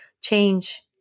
change